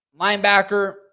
linebacker